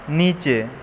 নিচে